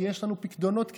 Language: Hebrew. כי יש לנו פיקדונות כנגד,